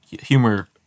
humor